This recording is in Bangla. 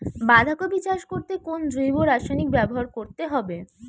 বাঁধাকপি চাষ করতে কোন জৈব রাসায়নিক ব্যবহার করতে হবে?